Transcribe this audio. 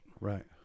Right